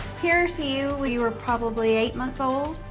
here's you when you were probably eight months old.